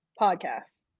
podcasts